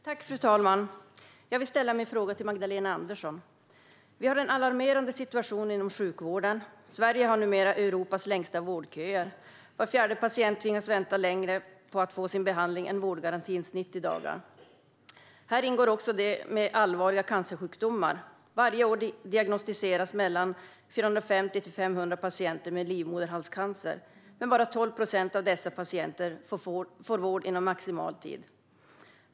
Fru talman! Jag vill ställa min fråga till Magdalena Andersson. Vi har en alarmerande situation inom sjukvården. Sverige har numera Europas längsta vårdköer. Var fjärde patient tvingas vänta längre än vårdgarantins 90 dagar på att få sin behandling. Här ingår även de med allvarliga cancersjukdomar. Varje år diagnostiseras mellan 450 och 500 patienter med livmoderhalscancer, men bara 12 procent av dessa patienter får vård inom maximal tid.